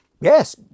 Yes